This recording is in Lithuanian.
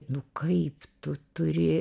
nu kaip tu turi